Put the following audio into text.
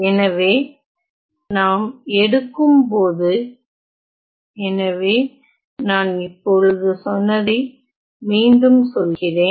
எனவே நாம் எடுக்கும் போது எனவே நான் இப்போது சொன்னதை மீண்டும் சொல்கிறேன்